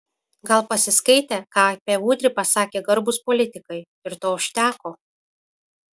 gal pasiskaitė ką apie udrį pasakė garbūs politikai ir to užteko